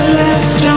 left